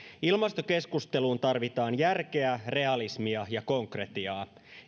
ilmastokeskusteluun tarvitaan järkeä realismia ja konkretiaa